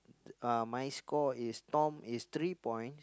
uh my score is Tom is three points